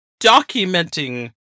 documenting